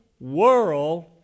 World